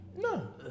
No